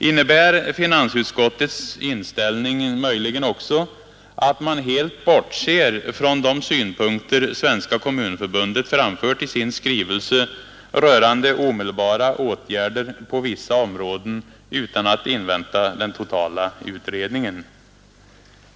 Innebär finansutskottets inställning möjligen också att man helt bortser från de synpunkter Svenska kommunförbundet framfört i sin skrivelse rörande omedelbara åtgärder på vissa områden utan att invänta den totala utredningen?